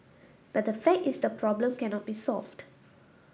but the fact is the problem cannot be solved